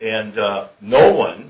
and no one